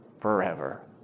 forever